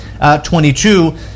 22